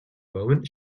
moment